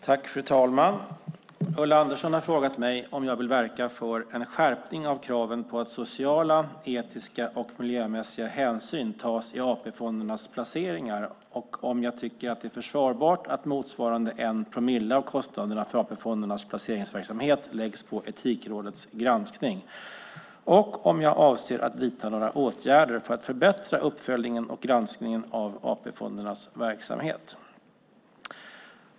Fru talman! Ulla Andersson har frågat mig om jag vill verka för en skärpning av kraven på att sociala, etiska och miljömässiga hänsyn tas i AP-fondernas placeringar, om jag tycker att det är försvarbart att motsvarande 1 promille av kostnaderna för AP-fondernas placeringsverksamhet läggs på Etikrådets granskning och om jag avser att vidta några åtgärder för att förbättra uppföljningen och granskningen av AP-fondernas verksamhet.